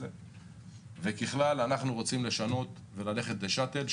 ככלל, אנחנו רוצים לשנות וללכת לשאט"ל.